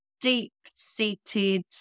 deep-seated